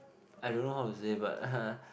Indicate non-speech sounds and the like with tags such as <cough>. I don't know how to say but <laughs>